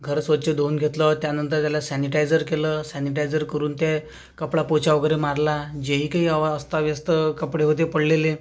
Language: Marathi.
घर स्वच्छ धुऊन घेतलं त्यानंतर त्याला सॅनिटायझर केलं सॅनिटायझर करून ते कपडापोछा वगैरे मारला जे हि काही अवा अस्ताव्यस्त कपडे होते पडलेले